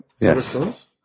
Yes